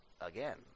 again